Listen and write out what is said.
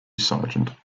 sargent